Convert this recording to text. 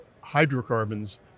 hydrocarbons